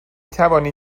توانی